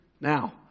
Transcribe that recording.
Now